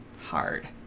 hard